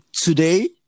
Today